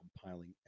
compiling